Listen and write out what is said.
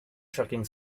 trucking